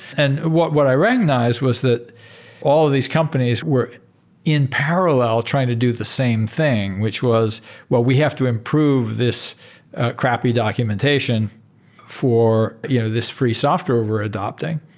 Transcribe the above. and what what i recognized was that all of these companies were in parallel trying to do the same thing, which was we have to improve this crappy documentation for you know this free software we're adapting.